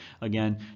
again